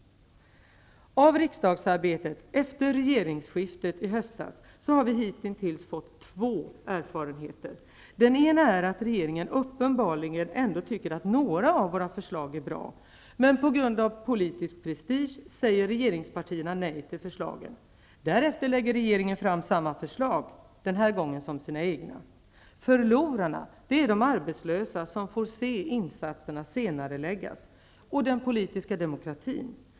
Av riksdagsarbetet efter regeringsskiftet i höstas har vi hittills fått två erfarenheter. Den ena är att regeringen uppenbarligen ändå tycker att några av våra förslag är bra men att regeringspartierna på grund av politisk prestige säger nej till förslagen. Därefter lägger regeringen fram samma förslag -- som sina egna. Förlorarna är de arbetslösa, som får se insatserna senareläggas, och den politiska demokratin.